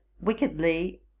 wickedly